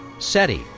SETI